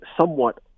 somewhat